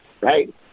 right